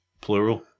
plural